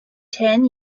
ten